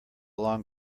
long